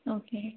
okay